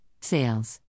sales